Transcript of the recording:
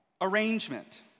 arrangement